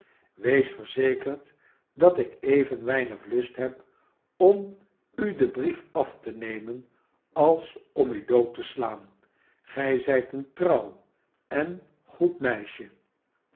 wees verzekerd dat ik even weinig lust heb om u den brief af te nemen als om u dood te slaan gij zijt een trouw en goed meisje